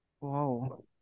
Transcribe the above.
Wow